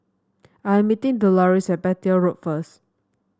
I am meeting Deloris at Petir Road first